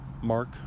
Mark